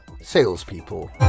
salespeople